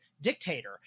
dictator